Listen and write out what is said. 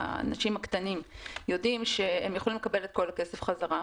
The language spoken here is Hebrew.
האנשים הקטנים יודעים שהם יכולים לקבל את כל הכסף בחזרה,